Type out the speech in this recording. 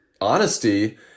honesty